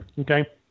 Okay